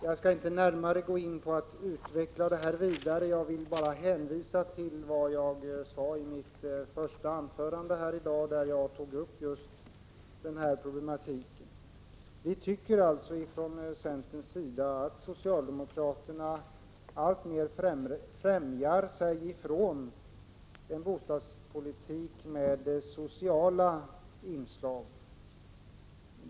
Jag skall inte närmare utveckla motiven för vår reservation igen utan hänvisar till vad jag sade i mitt första anförande, där jag tog upp dessa motiv. Vi tycker från centerpartiets sida att socialdemokraterna alltmer fjärmar sig från en bostadspolitik med sociala inslag.